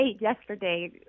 yesterday